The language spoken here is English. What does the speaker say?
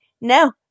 No